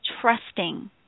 trusting